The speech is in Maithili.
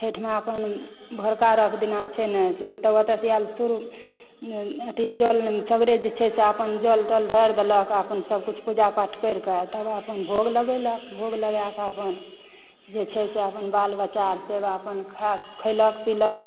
छठिमे अपन भोरका अर्घ्य दिना छै न तब ओतएसँ आयल सूप जल सगरे जे छै से अपन जल तल ढ़ारि देलक आ अपन सभ किछु पूजा पाठ करिके तब अपन भोग लगेलक भोग लगाकऽ अपन जे छै से आप बाल बच्चासभ अपन खयलक पिलक